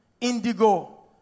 indigo